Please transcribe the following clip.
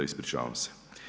Ispričavam se.